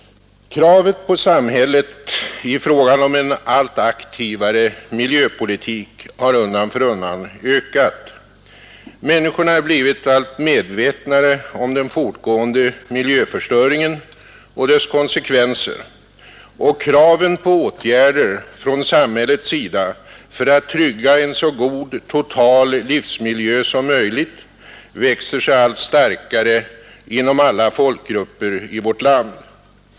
Kravet på samhället i fråga om en allt aktivare miljöpolitik har undan för undan ökat. Människorna har blivit alltmera medvetna om den fortgående miljöförstöringen och dess konsekvenser, och kraven på åtgärder från samhällets sida för att trygga en så god total livsmiljö som möjligt växer sig allt starkare inom alla folkgrupper i vårt land.